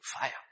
fire